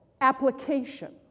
application